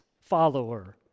follower